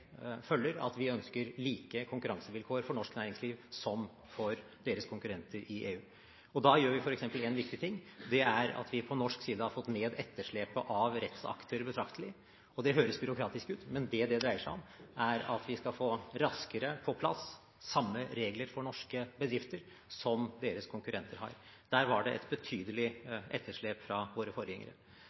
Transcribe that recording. følger at vi ønsker like konkurransevilkår for norsk næringsliv og deres konkurrenter i EU. Da gjør vi f.eks. én viktig ting: Vi har på norsk side fått ned etterslepet av rettsakter betraktelig. Det høres byråkratisk ut, men det det dreier seg om, er at vi raskere skal få på plass samme regler for norske bedrifter, som deres konkurrenter har. Der var det et betydelig etterslep fra våre forgjengere.